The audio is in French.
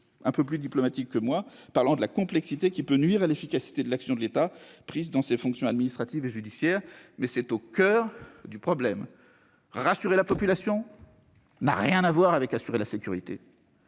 un peu plus diplomatique que je ne viens de le faire, soulignant « la complexité qui peut nuire à l'efficacité de l'action de l'État prise dans ses fonctions administratives et judiciaires ». Reste que c'est au coeur du problème. Rassurer la population n'a rien à voir avec assurer la sécurité.